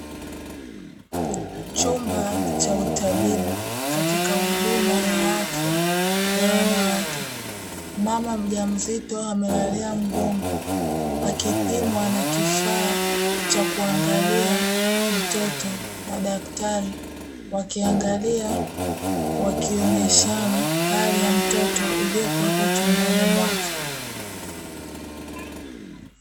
Chumba cha utabibu katika huduma ya afya ya wanawake, mama mjamzito amelalia mgongo akipimwa na kifaa cha kuangalia mtoto. Madaktari wakiangalia, wakionyeshana hali ya mtoto iliyokuwepo tumboni mwake.